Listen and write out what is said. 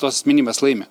tos asmenybės laimi